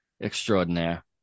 Extraordinaire